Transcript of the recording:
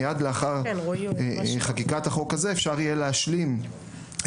מיד לאחר חקיקת החוק הזה אפשר יהיה להשלים את